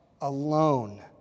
alone